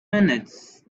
minutes